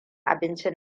abincin